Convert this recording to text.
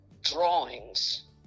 drawings